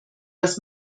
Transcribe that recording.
dass